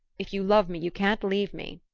if you love me you can't leave me.